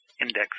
index